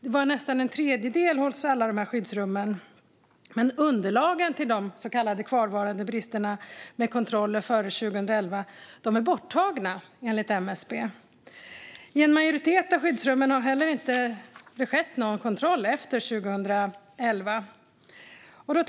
Det gällde nästan en tredjedel av alla skyddsrummen. Men underlagen för de så kallade kvarstående bristerna i kontroller gjorda före 2011 är, enligt MSB, borttagna. I en majoritet av de skyddsrummen har det inte heller gjorts någon kontroll efter 2011.